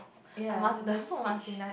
ya the speech